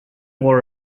wore